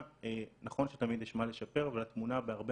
נכון שתמיד יש מה לשפר אבל התמונה בהרבה